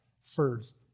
First